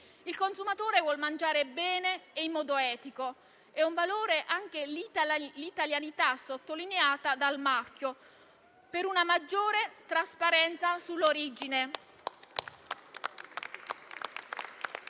Il consumatore vuol mangiare bene e in modo etico. È un valore anche l'italianità sottolineata dal marchio, per una maggiore trasparenza sull'origine.